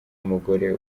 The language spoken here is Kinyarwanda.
umugore